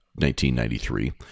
1993